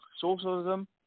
socialism